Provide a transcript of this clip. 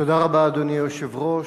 אדוני היושב-ראש,